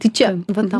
tai čia va ta